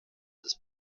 des